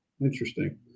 Interesting